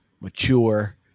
mature